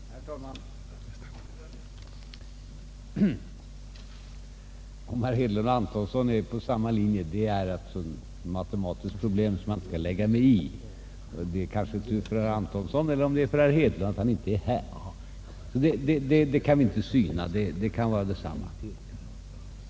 Herr talman! Om herrar Hedlund och Antonsson befinner sig på samma linje är ett matematiskt problem som jag inte skall lägga mig i, det är kanske tur för herr Antonsson — eller för herr Hedlund — att herr Hedlund inte är här. Det problemet kan vi alltså inte syna, men det kan vara detsamma.